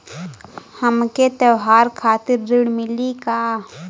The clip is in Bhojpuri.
हमके त्योहार खातिर ऋण मिली का?